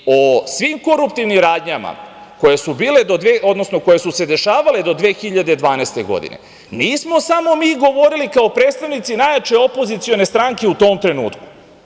O svim koruptivnim radnjama koje su se dešavale do 2012. godine nismo samo mi govorili kao predstavnici najjače opozicione stranke u tom trenutku.